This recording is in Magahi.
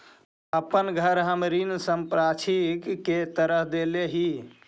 अपन घर हम ऋण संपार्श्विक के तरह देले ही